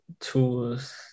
tools